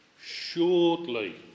shortly